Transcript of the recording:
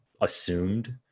assumed